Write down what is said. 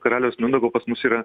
karaliaus mindaugo pas mus yra